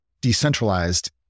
decentralized